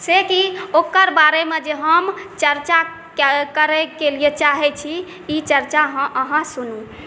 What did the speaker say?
से की ओकर बारेमे जे हम चर्चा हम चर्चा करै के लिए चाहै छी ई चर्चा अहाँ सुनू